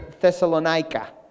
Thessalonica